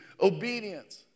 Obedience